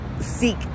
seek